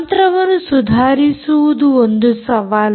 ತಂತ್ರವನ್ನು ಸುಧಾರಿಸುವುದು ಒಂದು ಸವಾಲು